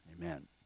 Amen